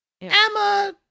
Emma